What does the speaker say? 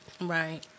Right